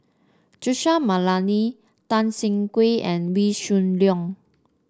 Joseph McNally Tan Siah Kwee and Wee Shoo Leong